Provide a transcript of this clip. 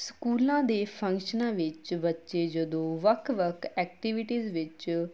ਸਕੂਲਾਂ ਦੇ ਫੰਕਸ਼ਨਾਂ ਵਿੱਚ ਬੱਚੇ ਜਦੋਂ ਵੱਖ ਵੱਖ ਐਕਟੀਵਿਟੀਜ਼ ਵਿੱਚ